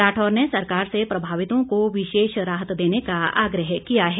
राठौर ने सरकार से प्रभावितों को विशेष राहत देने का आग्रह किया है